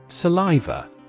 Saliva